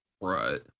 Right